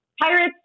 Pirates